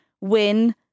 win